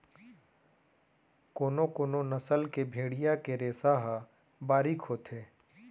कोनो कोनो नसल के भेड़िया के रेसा ह बारीक होथे